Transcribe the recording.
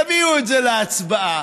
תביאו את זה להצבעה.